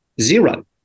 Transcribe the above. Zero